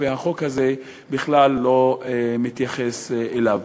החוק הזה בכלל לא מתייחס אליו.